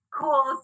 cool